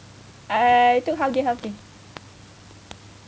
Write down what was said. I took half day half day